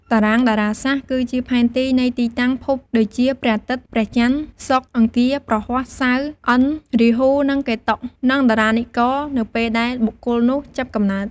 តារាងតារាសាស្ត្រគឺជាផែនទីនៃទីតាំងភពដូចជា ព្រះអាទិត្យ ព្រះច័ន្ទ សុក្រ អង្គារ ព្រហស្បតិ៍ សៅរ៍ ឥន្ទ្រ រាហ៊ូ និងកេតុ និងតារានិករ នៅពេលដែលបុគ្គលនោះចាប់កំណើត។